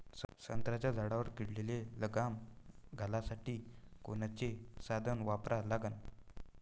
संत्र्याच्या झाडावर किडीले लगाम घालासाठी कोनचे साधनं वापरा लागन?